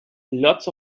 lots